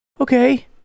Okay